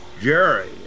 Jerry